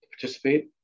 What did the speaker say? participate